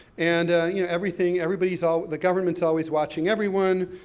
and you know, everything, everybody's all, the government's always watching everyone,